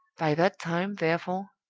by that time, therefore,